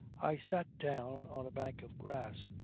i sat down on a bank of grass,